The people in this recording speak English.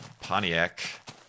Pontiac